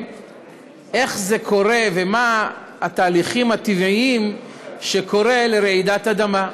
איך זה קורה ומה התהליכים הטבעיים שגורמים לרעידת אדמה.